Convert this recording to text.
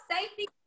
safety